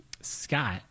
Scott